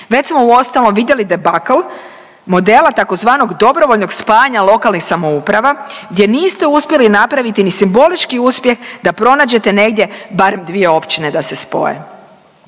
Već smo uostalom, vidjeli debakl modela tzv. dobrovoljnog spajanja lokalnih samouprava gdje niste uspjeli napraviti ni simbolički uspjeh da pronađete negdje bar dvije općine da se spoje.